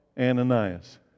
Ananias